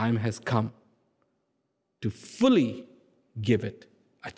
time has come to fully give it a